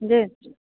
ଯେ